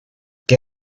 qué